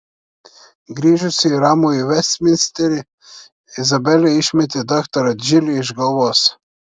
grįžusi į ramųjį vestminsterį izabelė išmetė daktarą džilį iš galvos